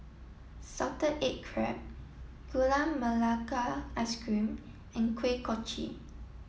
Salted Egg Crab Gula Melaka Ice Cream and Kuih Kochi